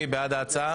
מי בעד ההצעה?